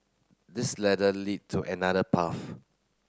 this ladder lead to another path